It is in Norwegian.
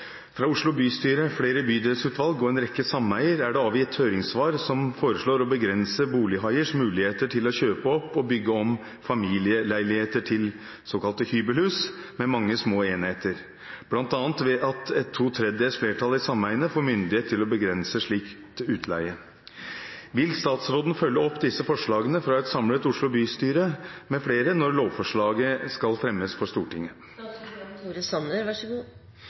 Fra Oslo bystyre, flere bydelsutvalg og en rekke sameier er det avgitt høringssvar som foreslår å begrense bolighaiers muligheter til å kjøpe opp og bygge om familieleiligheter til «hybelhus» med mange små enheter, bl.a. ved at et to tredjedels flertall i sameiene får myndighet til å begrense slikt utleie. Vil statsråden følge opp disse forslagene fra et samlet Oslo bystyre med flere når lovforslaget skal fremmes for Stortinget?»